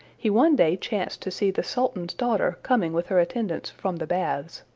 he one day chanced to see the sultan's daughter coming with her attendants from the baths.